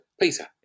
Peter